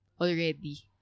already